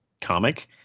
comic